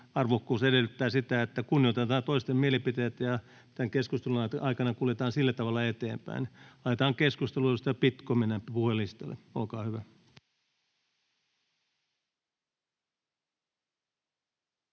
arvokkuus edellyttää sitä, että kunnioitetaan toisten mielipiteitä ja tämän keskustelun aikana kuljetaan sillä tavalla eteenpäin. Jatketaan keskustelua. Mennään puhujalistalle. —